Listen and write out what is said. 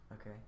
Okay